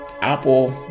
Apple